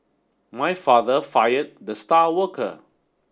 my father fired the star worker